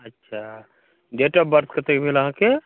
अच्छा date of birth कतेक भेल अहाँकेँ